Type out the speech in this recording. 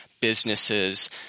businesses